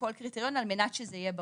בכל קריטריון על-מנת שזה יהיה ברור.